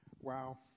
wow